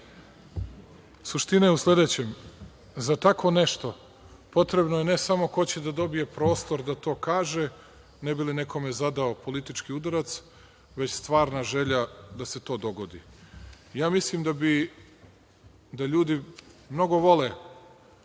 suština je u sledećem, za tako nešto potrebno je, ne samo ko će da dobije prostor da to kaže ne bi li nekome zadao politički udarac, već stvarna želja da se to dogodi. Mislim da ljudi mnogo vole